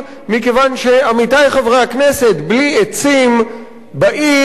מכיוון שבלי עצים בעיר,